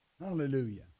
Hallelujah